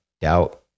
doubt